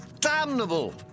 Damnable